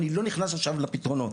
אני לא נכנס עכשיו לפתרונות.